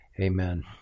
Amen